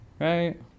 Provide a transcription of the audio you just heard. Right